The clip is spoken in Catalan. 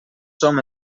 som